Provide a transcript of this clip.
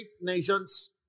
nations